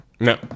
No